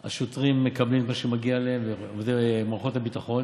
שהשוטרים, ומערכות הביטחון,